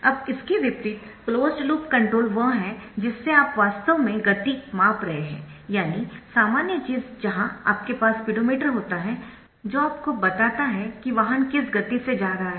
अब इसके विपरीत क्लोज्ड लूप कंट्रोल वह है जिससे आप वास्तव में गति माप रहे है यानी सामान्य चीज जहां आपके पास स्पीडोमीटर होता है जो आपको बताता है कि वाहन किस गति से जा रहा है